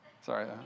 Sorry